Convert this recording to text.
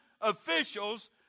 officials